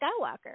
Skywalker